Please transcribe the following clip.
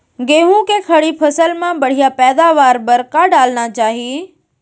गेहूँ के खड़ी फसल मा बढ़िया पैदावार बर का डालना चाही?